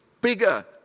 bigger